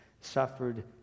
suffered